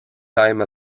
time